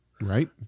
right